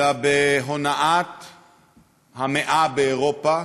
אלא בהונאת המאה באירופה,